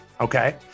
Okay